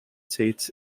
states